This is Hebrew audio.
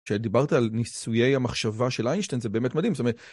כשדיברת על ניסויי המחשבה של איינשטיין, זה באמת מדהים.